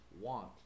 want